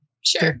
Sure